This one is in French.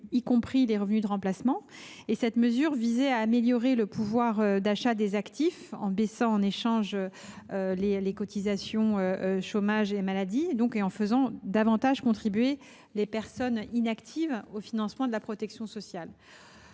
y compris aux revenus de remplacement. Cette mesure visait à améliorer le pouvoir d’achat des actifs en baissant, en échange, les cotisations chômage et maladie et en faisant davantage contribuer les personnes inactives au financement de la protection sociale.